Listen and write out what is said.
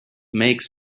makes